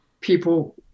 people